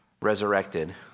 resurrected